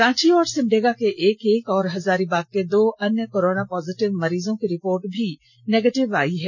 रांची और सिमडेगा के एक एक और हजारीबाग के दो अन्य कोरोना पॉजिटिव मरीजों की रिपोर्ट भी नेगेटिव आई है